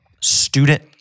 student